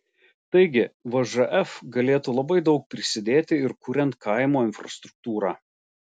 taigi vžf galėtų labai daug prisidėti ir kuriant kaimo infrastruktūrą